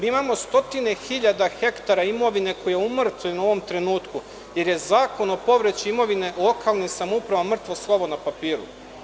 Imamo stotine hiljada hektara imovine koja je umrtvljena u ovom trenutku, jer je Zakon o povraćaju imovine lokalnim samoupravama mrtvo slovo na papiru.